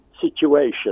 situation